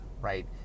right